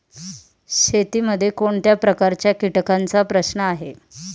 शेतीमध्ये कोणत्या प्रकारच्या कीटकांचा प्रश्न आहे?